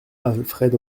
alfred